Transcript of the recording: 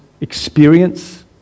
experience